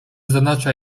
zaznacza